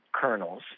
kernels